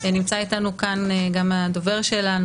ונמצא איתנו כאן הדובר שלנו,